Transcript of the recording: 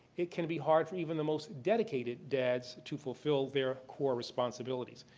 it can be hard for even the most dedicated dads to fulfill their core responsibilities.